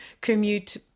commute